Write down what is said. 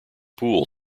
pool